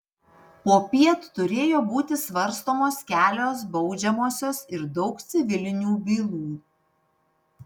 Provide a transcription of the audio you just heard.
popiet turėjo būti svarstomos kelios baudžiamosios ir daug civilinių bylų